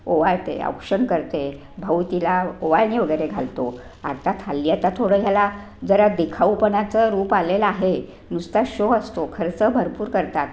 ओवाळते औक्षण करते भाऊ तिला ओवाळणी वगैरे घालतो आता हल्ली आता थोडं याला जरा दिखाऊपणाचं रूप आलेलं आहे नुसता शो असतो खर्च भरपूर करतात